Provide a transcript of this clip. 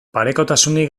parekotasunik